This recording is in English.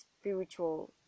spiritual